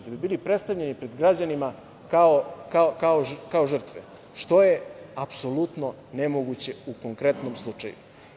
Da bi bili predstavljeni pred građanima kao žrtve, što je apsolutno nemoguće u konkretnom slučaju.